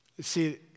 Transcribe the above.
see